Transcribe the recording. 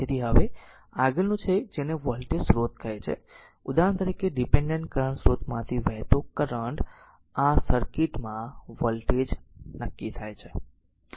તેથી હવે આગળનું છે જેને વોલ્ટેજ સ્રોત કહે છે ઉદાહરણ તરીકે હવે ડીપેન્ડેન્ટ કરંટ સ્રોતમાંથી વહેતો કરંટ અથવા સર્કિટ માં વોલ્ટેજ નક્કી થાય છે